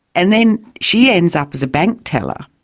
and then she ends up as a bank teller.